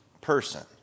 person